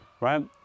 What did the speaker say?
right